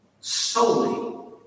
solely